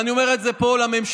אני אומר את זה פה לממשלה,